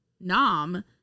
Nam